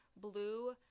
blue